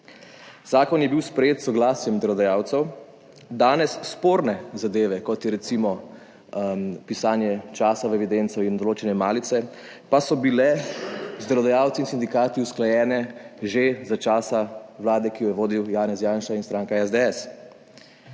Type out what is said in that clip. Zakon je bil sprejet s soglasjem delodajalcev, danes sporne zadeve, kot je recimo pisanje časa v evidenco in določene malice, pa so bile z delodajalci in sindikati usklajene že za časa Vlade, ki jo je vodil Janez Janša in stranka SDS.